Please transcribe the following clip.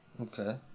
Okay